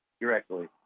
directly